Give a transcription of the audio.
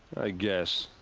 i guess.